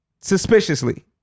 suspiciously